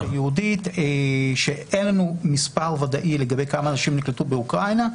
אין לנו מספר ודאי לגבי כמה אנשים נקלטו מאוקראינה.